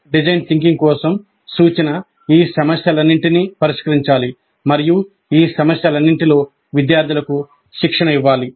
design thinking కోసం సూచన ఈ సమస్యలన్నింటినీ పరిష్కరించాలి మరియు ఈ సమస్యలన్నింటిలో విద్యార్థులకు శిక్షణ ఇవ్వాలి